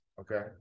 Okay